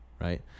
right